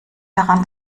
daran